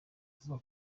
avuga